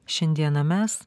šiandieną mes